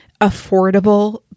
affordable